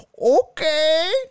Okay